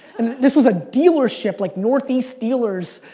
this was a dealership, like, northeast steelers,